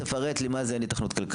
צוהריים טובים.